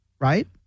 right